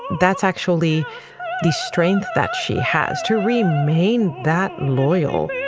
that's actually the strength that she has to remain that loyal